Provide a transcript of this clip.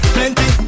Plenty